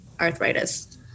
arthritis